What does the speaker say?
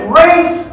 race